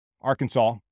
Arkansas